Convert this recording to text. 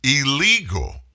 illegal